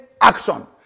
action